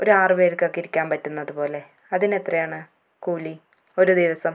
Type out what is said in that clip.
ഒരു ആറു പേർക്കൊക്കെ ഇരിക്കാൻ പറ്റുന്നതുപോലെ അതിന് എത്രയാണ് കൂലി ഒരു ദിവസം